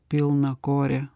pilną korį